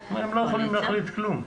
יום שני בשבוע,